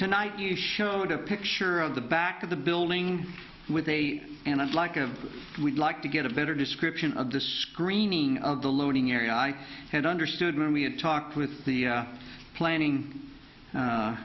tonight you showed a picture of the back of the building with a and i'd like of would like to get a better description of the screening of the loading area i had understood when we had talked with the planning